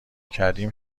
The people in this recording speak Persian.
کردیم